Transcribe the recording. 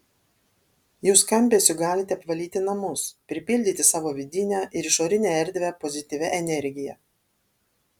jų skambesiu galite apvalyti namus pripildyti savo vidinę ir išorinę erdvę pozityvia energija